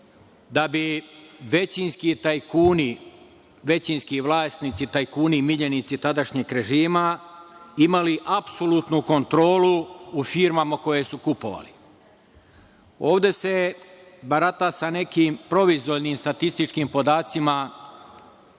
tajkuni, većinski vlasnici, tajkuni, miljenici tadašnjeg režima imali apsolutnu kontrolu u firmama koje su kupovali. Ovde se barata sa nekim proizvoljnim statističkim podacima,